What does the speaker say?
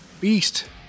Beast